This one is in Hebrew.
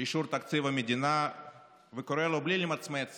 תקציב המדינה וקורא לו בלי למצמץ